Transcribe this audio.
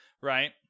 right